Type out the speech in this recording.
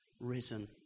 risen